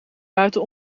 buiten